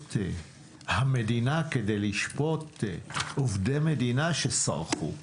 במוסדות המדינה כדי לשפוט עובדי מדינה שסרחו,